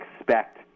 expect